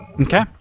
Okay